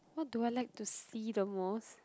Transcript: what do I like to see the most